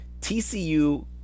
TCU